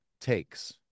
takes